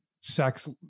sex